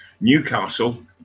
Newcastle